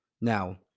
Now